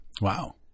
Wow